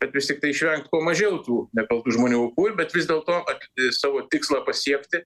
kad vis tiktai išvengt kuo mažiau tų nekaltų žmonių aukų ir bet vis dėlto at savo tikslą pasiekti